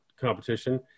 competition